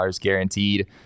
guaranteed